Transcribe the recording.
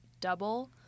double